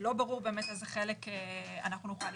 לא ברור באיזה חלק אנחנו נוכל להשתמש.